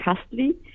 custody